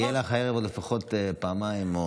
יהיה לך הערב עוד פעמיים או ארבע פעמים לפחות.